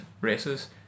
races